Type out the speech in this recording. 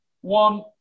one